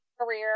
career